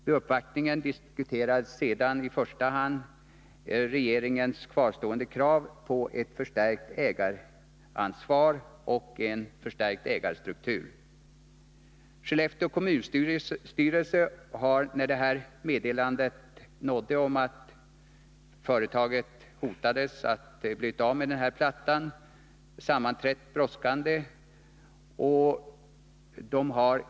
Vid uppvaktningen diskuterades sedan i första hand regeringens kvarstående krav på ett förstärkt ägaransvar och en förstärkt ägarstruktur. När meddelandet om att företaget riskerade att bli av med tillverkningen av den här plattan nådde Skellefteå kommunstyrelse, sammanträdde man omedelbart.